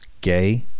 gay